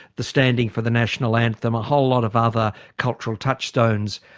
the standing for the national anthem, a whole lot of other cultural touchstones,